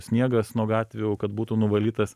sniegas nuo gatvių kad būtų nuvalytas